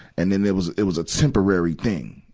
and then, it was, it was a temporary thing,